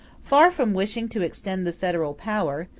far from wishing to extend the federal power,